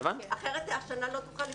אחרת השנה לא תוכל להיפתח.